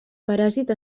paràsit